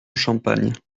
champagne